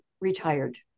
retired